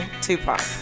Tupac